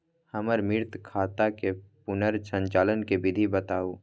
हमर मृत खाता के पुनर संचालन के विधी बताउ?